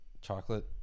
chocolate